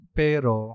pero